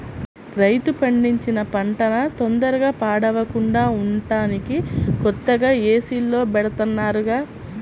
రైతు పండించిన పంటన తొందరగా పాడవకుండా ఉంటానికి కొత్తగా ఏసీల్లో బెడతన్నారుగా